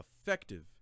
effective